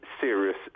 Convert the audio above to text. serious